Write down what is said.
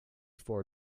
four